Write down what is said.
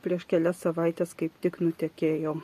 prieš kelias savaites kaip tik nutekėjo